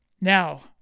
now